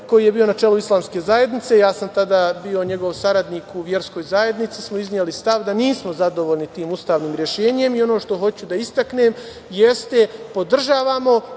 koji je bio na čelu Islamske zajednice, ja sam tada bio njegov saradnik u verskoj zajednici, izneli smo stav da nismo zadovoljni tim ustavnim rešenjem. Ono što hoću da istaknem jeste – podržavamo